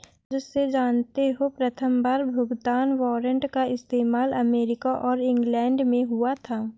राजू से जानते हो प्रथमबार भुगतान वारंट का इस्तेमाल अमेरिका और इंग्लैंड में हुआ था